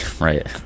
Right